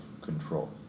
control